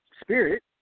spirit